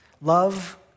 Love